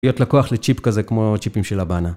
להיות לקוח לצ'יפ כזה כמו הצ'יפים של הבאנה.